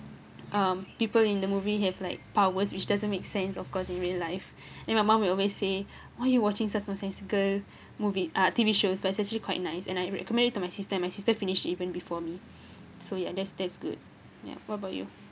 um people in the movie have like powers which doesn't make sense of course in real life then my mum will always say why you watching such nonsensical movies uh T_V shows but it's actually quite nice and I recommended it to my sister and my sister finished even before me so ya that's that's good ya what about you